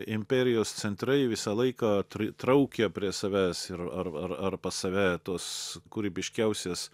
imperijos centrai visą laiką traukia prie savęs ir ar ar ar pas save tuos kūrybiškiausias